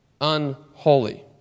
unholy